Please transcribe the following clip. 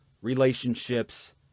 Relationships